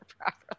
properly